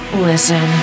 listen